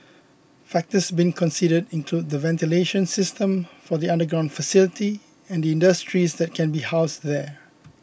factors being considered include the ventilation system for the underground facility and industries that can be housed there